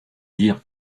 dire